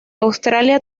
australia